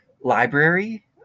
library